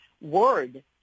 word